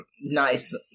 Nice